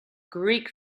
greek